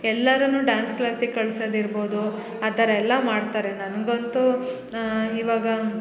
ಎಲ್ಲರನು dance ಕ್ಲಾಸಿಗೆ ಕಳ್ಸದು ಇರ್ಬೋದು ಆ ಥರ ಎಲ್ಲ ಮಾಡ್ತಾರೆ ನನಗಂತೂ ಇವಾಗ